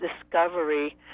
discovery